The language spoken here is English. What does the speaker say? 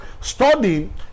studying